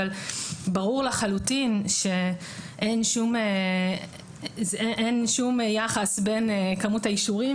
אבל ברור לחלוטין שאין שום יחס בין כמות האישורים